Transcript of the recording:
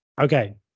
Okay